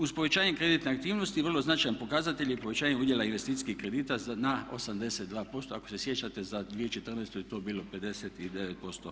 Uz povećanje kreditne aktivnosti vrlo značajan pokazatelj je povećanje udjela investicijskih kredita na 82%, ako se sjećate za 2014.je to bilo 59%